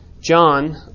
John